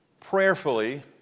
prayerfully